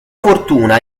fortuna